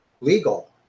legal